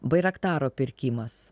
bairaktaro pirkimas